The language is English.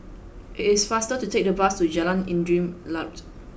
it is faster to take the bus to Jalan Angin Laut